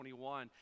21